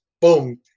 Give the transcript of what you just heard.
boom